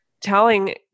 telling